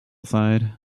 side